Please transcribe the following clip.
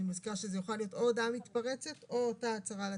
אני מזכירה שזו יכולה להיות הודעה מתפרצת או הצהרה לתקשורת.